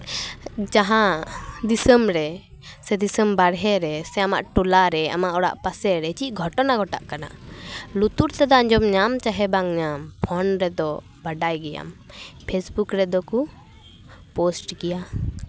ᱡᱟᱦᱟᱸ ᱫᱤᱥᱚᱢ ᱨᱮ ᱥᱮ ᱫᱤᱥᱚᱢ ᱵᱟᱦᱨᱮ ᱨᱮ ᱟᱢᱟᱜ ᱴᱚᱞᱟᱨᱮ ᱟᱢᱟᱜ ᱚᱲᱟᱜ ᱯᱟᱥᱮᱨᱮ ᱪᱮᱫ ᱜᱷᱚᱴᱚᱱᱟ ᱜᱷᱚᱴᱟᱜ ᱠᱟᱱᱟ ᱞᱩᱛᱩᱨ ᱛᱮᱫᱚᱢ ᱟᱸᱡᱚᱢ ᱧᱟᱢ ᱪᱟᱦᱮ ᱵᱟᱢ ᱧᱟᱢ ᱯᱷᱚᱱ ᱨᱮᱫᱚ ᱵᱟᱰᱟᱭ ᱜᱮᱭᱟᱢ ᱯᱷᱮᱥᱵᱩᱠ ᱨᱮᱫᱚ ᱠᱚ ᱯᱳᱥᱴ ᱜᱮᱭᱟ